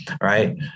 right